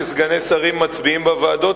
שסגני שרים מצביעים בוועדות,